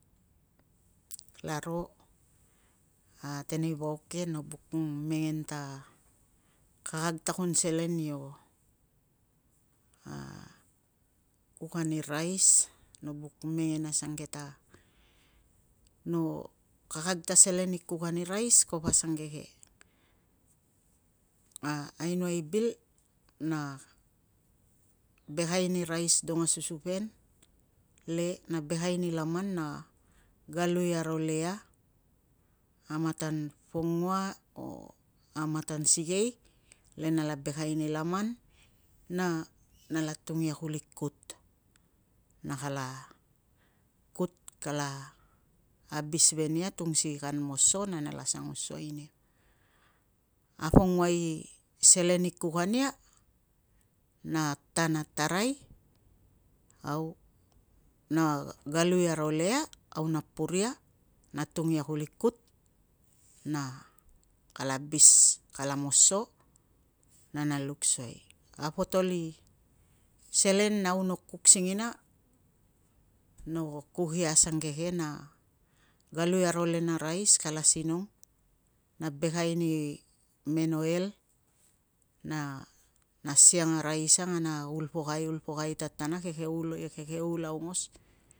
Kalaro a tenei vauk ke no buk mengen ta kakag ta kun selen io kuk ani rais. No buk mengen asange ta no kakag ta selen i kuk ani rais kapo asangeke. Ainoai i bil na bekai ni rais dong a susupen, le na bekai ni laman na galui aro le ia amatan pongua o amatan sikei le nala bekai laman na, na nala atung ia kuli kut, kut kala abis ve nia tung si kan moso na nala sangu suai nia. A pongua i selen i kuk ania, na ta na tarai au na galui aro le ia au na pur ia na atung ia kuli kut na kala ablis kala moso na na luk suai. A potol i selen nau no kuk ia asangke na galui aro le na raise kala sinong, na bekai ni men oil na, na asiang a rais ang a na ulpokai ulpokai tatana kekeul kekeul aongos